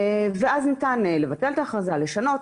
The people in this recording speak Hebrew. אז ניתן לבטל את ההכרזה או לשנות.